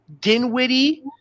Dinwiddie